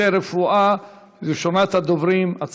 תודה.